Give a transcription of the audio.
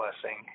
blessing